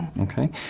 Okay